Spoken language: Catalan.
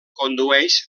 condueix